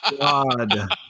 God